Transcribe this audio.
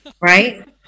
right